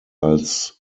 als